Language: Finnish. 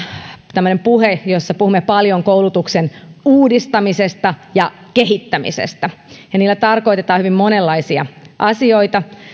tämmöinen puhe jossa puhumme paljon koulutuksen uudistamisesta ja kehittämisestä ja niillä tarkoitetaan hyvin monenlaisia asioita